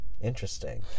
Interesting